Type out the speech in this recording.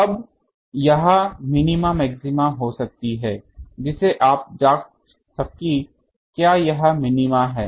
अब यह minima maxima हो सकती है जिसे आप जांच सकते हैं कि क्या यह मिनीमा है